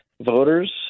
voters